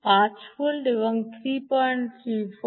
5 volt এবং 33 এর Vout